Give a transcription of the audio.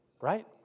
Right